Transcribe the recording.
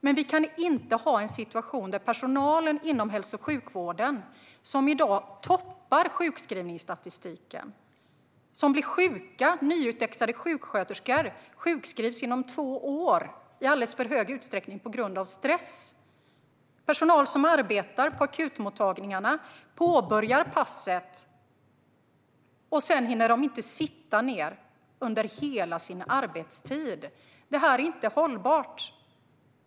Men vi kan inte ha en situation som i dag där personalen inom hälso och sjukvården toppar sjukskrivningsstatistiken. Nyutexaminerade sjuksköterskor sjukskrivs i alldeles för stor utsträckning inom två år på grund av stress. Personal som arbetar på akutmottagningarna påbörjar sina pass och hinner sedan inte sitta ned under hela arbetspasset. Det här är inte hållbart.